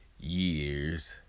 years